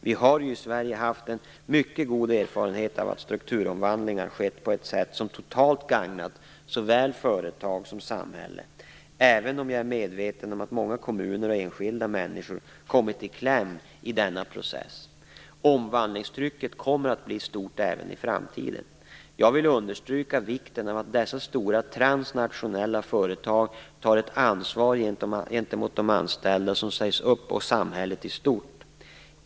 Vi har ju i Sverige haft en mycket god erfarenhet av att strukturomvandlingar skett på ett sätt som totalt gagnat såväl företag som samhälle, även om jag är medveten om att många kommuner och enskilda människor kommit i kläm i denna process. Omvandlingstrycket kommer att bli stort även i framtiden. Jag vill understryka vikten av att dessa stora transnationella företag tar ett ansvar gentemot de anställda som sägs upp och samhället i stort.